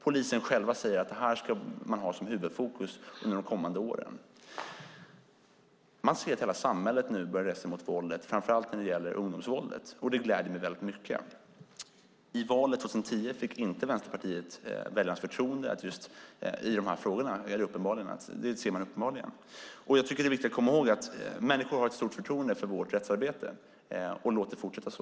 Polisen säger själv att det här ska man ha som huvudfokus under de kommande åren. Vi ser att hela samhället nu börjar resa sig mot våldet, framför allt när det gäller ungdomsvåldet. Det gläder mig väldigt mycket. I valet 2010 fick inte Vänsterpartiet väljarnas förtroende i just de här frågorna. Det är uppenbart. Jag tycker att det är viktigt att komma ihåg att människor har ett stort förtroende för vårt rättsarbete. Låt det fortsätta så!